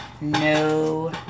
No